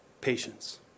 Patience